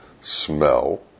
smell